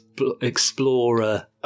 explorer